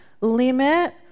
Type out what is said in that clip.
limit